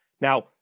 Now